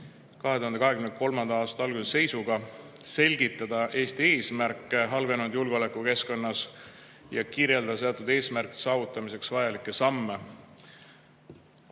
2023. aasta alguse seisuga, selgitada Eesti eesmärke halvenenud julgeolekukeskkonnas ja kirjeldada seatud eesmärkide saavutamiseks vajalikke samme. See